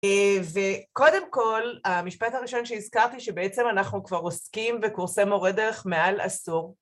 וקודם כל, המשפט הראשון שהזכרתי שבעצם אנחנו כבר עוסקים בקורסי מורה דרך מעל עשור